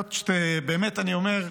באמת, אני אומר,